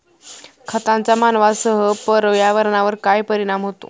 खतांचा मानवांसह पर्यावरणावर काय परिणाम होतो?